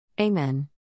Amen